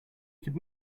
could